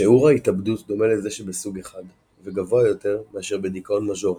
שיעור ההתאבדות דומה לזה שבסוג 1 וגבוה יותר מאשר בדיכאון מז'ורי,